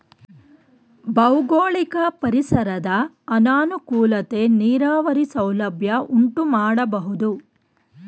ಭೌಗೋಳಿಕ ಪರಿಸರದ ಅನಾನುಕೂಲತೆ ನೀರಾವರಿ ಸೌಲಭ್ಯ ಉಂಟುಮಾಡಬೋದು